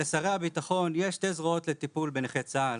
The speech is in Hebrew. לשרי הביטחון יש שתי זרועות לטיפול בנכי צה"ל,